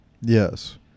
Yes